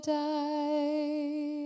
die